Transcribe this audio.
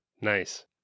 nice